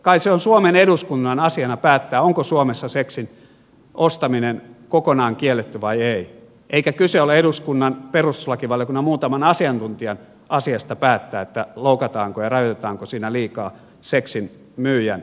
kai se on suomen eduskunnan asiana päättää onko suomessa seksin ostaminen kokonaan kielletty vai ei eikä kyse ole eduskunnan perustuslakivaliokunnan muutaman asiantuntijan asiasta päättää loukataanko ja rajoitetaanko siinä liikaa seksin myyjän henkilökohtaista vapautta